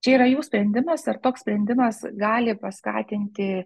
čia yra jų sprendimas ar toks sprendimas gali paskatinti